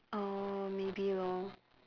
err maybe lor